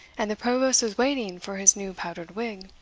and the provost was waiting for his new-powdered wig.